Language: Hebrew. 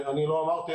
לא אמרתי,